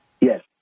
Yes